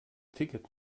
ticket